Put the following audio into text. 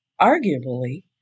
Arguably